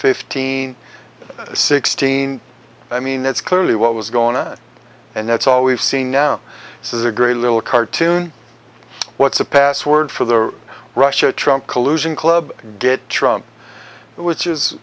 fifteen sixteen i mean that's clearly what was going on and that's all we've seen now this is a great little cartoon what's a password for the russia trump collusion club get trump